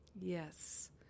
Yes